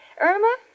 Irma